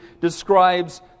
describes